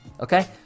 Okay